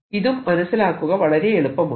ഇതും മനസിലാക്കുക വളരെ എളുപ്പമാണ്